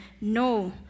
no